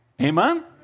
amen